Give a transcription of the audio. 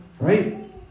Right